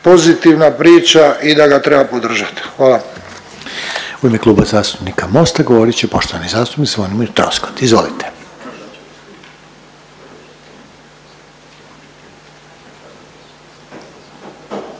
pozitivna priča i da ga treba podržat, hvala